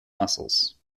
muscles